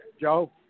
Joe